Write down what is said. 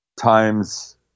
Times